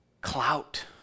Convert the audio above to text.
clout